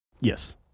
Yes